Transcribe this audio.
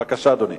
בבקשה, אדוני.